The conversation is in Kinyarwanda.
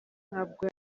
ntabwo